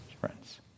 friends